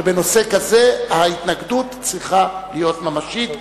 היא שבנושא כזה ההתנגדות צריכה להיות ממשית.